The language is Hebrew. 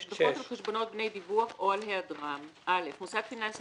"דוחות על חשבונות בני דיווח או על היעדרם מוסד פיננסי